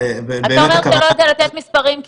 --- אתה אומר שאתה לא יודע לתת מספרים כי